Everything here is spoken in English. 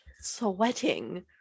sweating